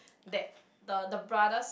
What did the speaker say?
that the the brothers